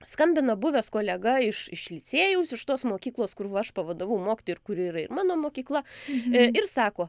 skambina buvęs kolega iš iš licėjaus iš tos mokyklos kur va aš pavadavau mokytoją ir kur yra ir mano mokykla ir sako